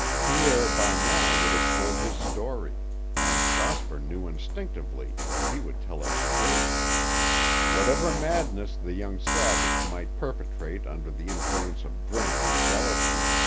pierre by now would have told his story and prosper knew instinctively that he would tell it straight whatever madness the young savage might perpetrate under the influence of drink and jealousy,